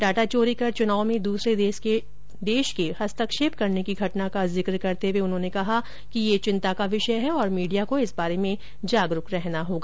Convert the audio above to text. data चोरी कर चुनाव में दूसरे देश के हस्तक्षेप करने की घटना का जिक्र करते हुये उन्होंने कहा कि यह चिंता का विषय है तथा मीडिया को इस बारे में जागरूक रहना होगा